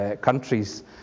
countries